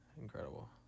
Incredible